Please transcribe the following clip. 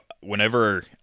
whenever